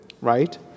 Right